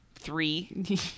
three